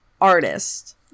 Artist